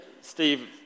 Steve